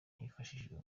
hifashishijwe